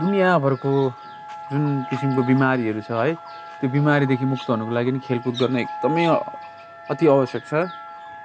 दुनियाँभरिको जुन किसिमको बिमारीहरू छ है त्यो बिमारीदेखि मुक्त हुनुको लागि खेलकुद गर्न एकदमै अति आवश्यक छ